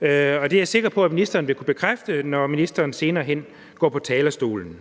Det er jeg sikker på ministeren vil kunne bekræfte, når ministeren senere hen går på talerstolen.